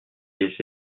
les